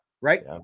Right